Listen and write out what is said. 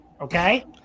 Okay